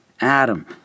Adam